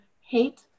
hate